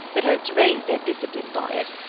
that hope to raise their discipline by it.